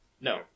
No